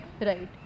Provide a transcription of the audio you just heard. Right